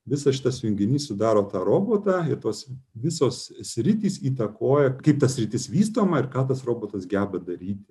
visas šitas junginys sudaro tą robotą ir tos visos sritys įtakoja kaip ta sritis vystoma ir ką tas robotas geba daryti